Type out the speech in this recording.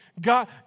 God